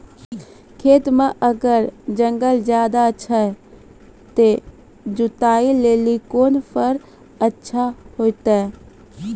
खेत मे अगर जंगल ज्यादा छै ते जुताई लेली कोंन फार अच्छा होइतै?